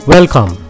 Welcome